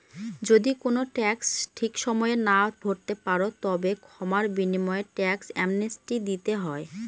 যদি কোনো ট্যাক্স ঠিক সময়ে না ভরতে পারো, তবে ক্ষমার বিনিময়ে ট্যাক্স অ্যামনেস্টি দিতে হয়